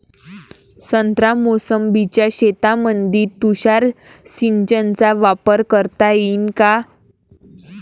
संत्रा मोसंबीच्या शेतामंदी तुषार सिंचनचा वापर करता येईन का?